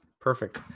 Perfect